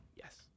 yes